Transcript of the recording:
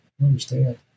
understand